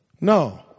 No